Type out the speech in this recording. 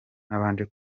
ntabanje